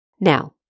Now